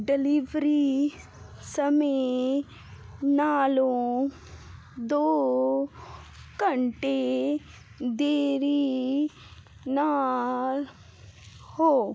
delivery ਸਮੇਂ ਨਾਲੋਂ ਦੋ ਘੰਟੇ ਦੇਰੀ ਨਾਲ ਹੋ